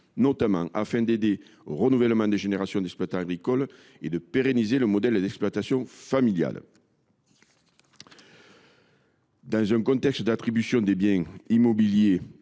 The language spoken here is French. notamment afin d’aider au renouvellement des générations d’exploitants agricoles et de pérenniser le modèle d’exploitation familiale. Dans un contexte d’attribution des biens immobiliers